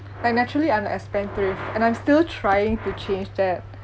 and actually I'm a spendthrift and I'm still trying to change that